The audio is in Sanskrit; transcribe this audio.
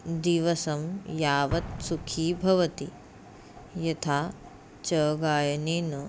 दिवसं यावत् सुखी भवति यथा च गायनेन